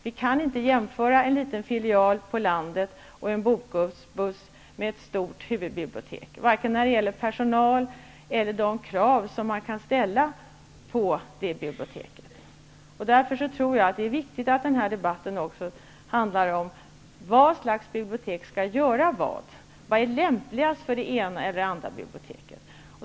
Det går dock inte att jämföra en liten filial på landet eller en bokbuss med ett stort huvudbibliotek vare sig när det gäller personalen eller när det gäller de krav som kan ställas på biblioteket. Därför tror jag att det är viktigt att den här debatten också handlar om vilket slags bibliotek som skall göra vad. Vad är lämpligast för det ena eller det andra biblioteket?